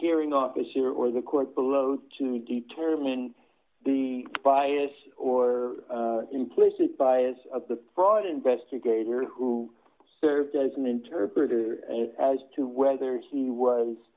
hearing officer or the court below to determine the bias or implicit bias of the fraud investigator who served as an interpreter as to whether he was